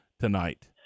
tonight